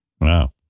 Wow